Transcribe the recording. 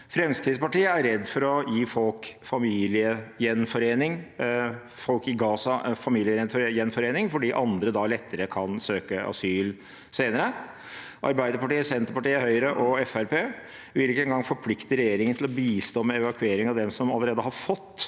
Fremskrittspartiet er redd for å gi folk i Gaza familiegjenforening fordi andre da lettere kan søke asyl senere. Arbeiderpartiet, Senterpartiet, Høyre og Fremskrittspartiet vil ikke engang forplikte regjeringen til å bistå med evakuering av dem som allerede har fått